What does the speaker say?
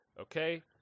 Okay